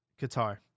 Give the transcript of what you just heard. Qatar